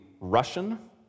Russian